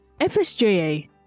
FSJA